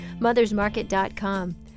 mothersmarket.com